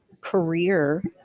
career